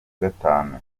gatanu